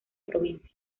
provincia